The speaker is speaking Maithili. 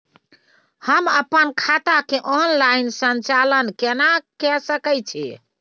हम अपन खाता के ऑनलाइन संचालन केना के सकै छी?